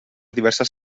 diverses